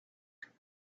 five